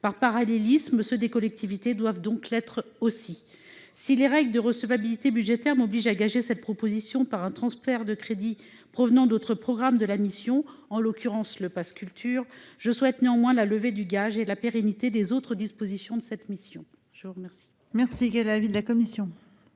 par parallélisme, ceux des collectivités doivent donc l'être aussi, si les règles de recevabilité budgétaire m'oblige à gager cette proposition par un transfert de crédits provenant d'autres programmes de la mission, en l'occurrence le passe culture je souhaite néanmoins la levée du gage et la pérennité des autres dispositions de cette mission. Je vous remercie,